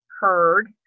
heard